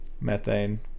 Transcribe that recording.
methane